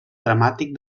dramàtic